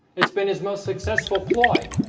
it's been his most successful ploy